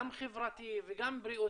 גם חברתי וגם בריאותי,